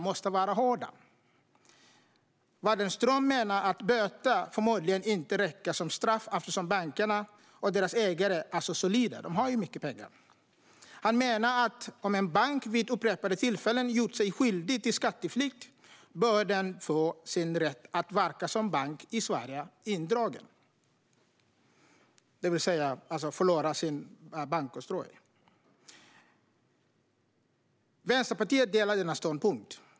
Waldenström menar att böter förmodligen inte räcker som straff eftersom bankerna och deras ägare är så solida; de har ju mycket pengar. Han menar att en bank som vid upprepade tillfällen har gjort sig skyldig till skatteflykt bör få sin rätt att verka som bank i Sverige indragen, det vill säga förlora sin bankoktroj. Vänsterpartiet håller med om denna ståndpunkt.